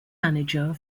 manager